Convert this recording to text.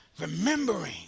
remembering